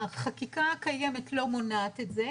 החקיקה הקיימת לא מונעת את זה,